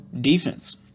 defense